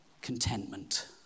contentment